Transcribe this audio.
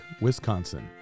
Wisconsin